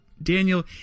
Daniel